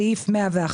סעיף 101,